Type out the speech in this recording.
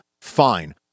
fine